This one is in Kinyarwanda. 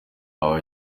aba